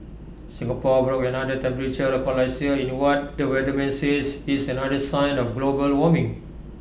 Singapore broke another temperature record last year in what the weatherman says is another sign of global warming